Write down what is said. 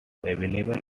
available